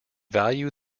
value